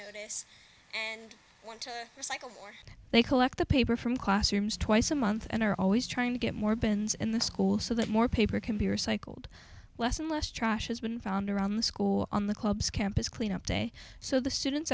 where they collect the paper from classrooms twice a month and are always trying to get more bins in the school so that more paper can be recycled less and less trash has been found around the school on the club's campus clean up day so the students